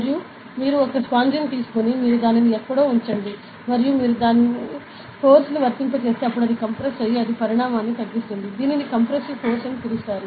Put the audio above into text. మరియు మీరు ఒక స్పాంజిని తీసుకొని మీరు దానిని ఎక్కడో ఉంచండి మరియు మీరు ఫోర్స్ ని వర్తింపజేస్తే అప్పుడు అది కంప్రెస్ అయ్యి అది పరిమాణాన్ని తగ్గిస్తుంది దీనిని కంప్రెస్సివ్ ఫోర్స్ గా పిలుస్తారు